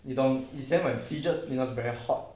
你懂以前 when seizures it was very hot